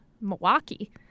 milwaukee